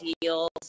deals